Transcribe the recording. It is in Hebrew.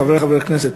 חברי חברי הכנסת,